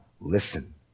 listen